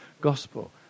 gospel